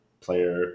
player